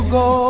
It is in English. go